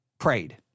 Prayed